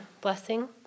blessing